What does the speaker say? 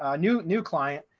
ah new new client,